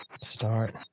Start